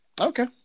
Okay